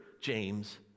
James